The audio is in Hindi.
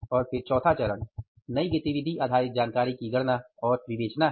और चौथा चरण नई गतिविधि आधारित जानकारी की गणना और विवेचना है